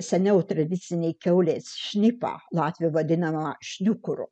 seniau tradiciniai kiaulės šnipą latvių vadinamą šniukuru